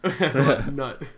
No